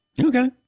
Okay